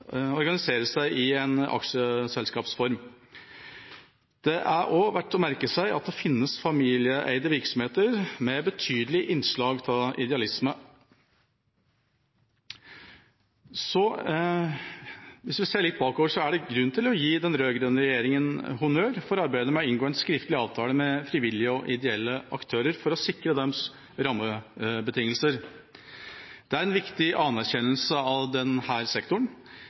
aksjeselskapsform. Det er også verdt å merke seg at det finnes familieeide virksomheter med betydelig innslag av idealisme. Hvis vi ser litt bakover, er det grunn til å gi den rød-grønne regjeringa honnør for arbeidet med å inngå en skriftlig avtale med frivillige og ideelle aktører for å sikre deres rammebetingelser. Det er en viktig anerkjennelse av denne sektoren,